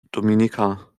dominica